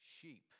sheep